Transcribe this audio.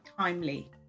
timely